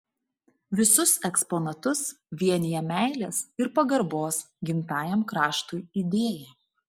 visus eksponatus vienija meilės ir pagarbos gimtajam kraštui idėja